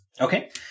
Okay